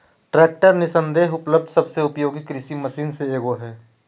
tractor निस्संदेह उपलब्ध सबसे उपयोगी कृषि मशीन में से एगो हइ